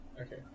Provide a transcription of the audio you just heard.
Okay